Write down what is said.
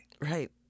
right